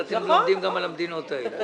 אז אתם לומדים גם על המדינות האלה.